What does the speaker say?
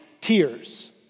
tears